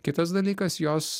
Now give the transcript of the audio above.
kitas dalykas jos